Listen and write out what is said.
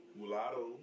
mulatto